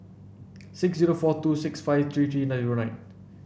six zero four two six five three three zero nine